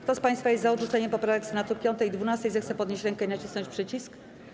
Kto z państwa jest za odrzuceniem poprawek Senatu 5. i 12., zechce podnieść rękę i nacisnąć przycisk.